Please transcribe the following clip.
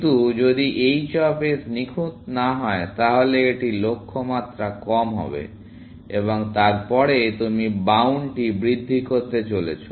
কিন্তু যদি h of s নিখুঁত না হয় তাহলে এটি লক্ষ্যমাত্রা কম হবে এবং তারপরে তুমি বাউন্ডটি বৃদ্ধি করতে চলেছেন